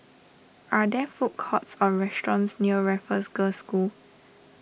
are there food courts or restaurants near Raffles Girls' School